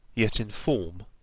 yet in form,